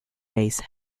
base